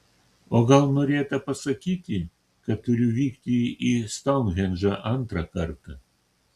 o gal norėta pasakyti kad turiu vykti į stounhendžą antrą kartą